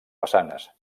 façanes